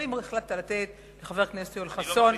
אבל אם החלטת לתת לחבר הכנסת יואל חסון,